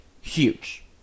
Huge